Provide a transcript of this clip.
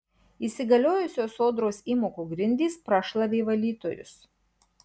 įsigaliojusios sodros įmokų grindys prašlavė valytojus